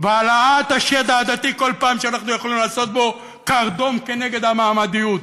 והעלאת השד העדתי כל פעם שאנחנו יכולים לעשות אותה קרדום נגד המעמדיות.